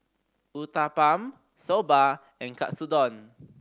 Uthapam Soba and Katsudon